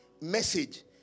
Message